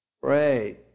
Pray